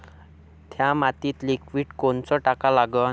थ्या मातीत लिक्विड कोनचं टाका लागन?